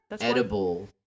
edible